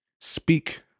Speak